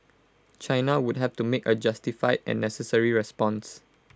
China would have to make A justified and necessary response